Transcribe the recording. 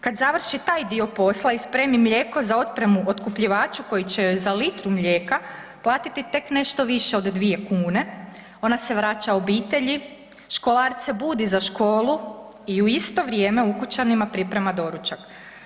Kad završi taj dio posla i spremi mlijeko za otpremu otkupljivaču koji će joj za litru mlijeka platiti tek nešto više od 2 kune, ona se vraća obitelji, školarce budi za školu i u isto vrijeme ukućanima priprema doručak.